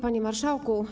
Panie Marszałku!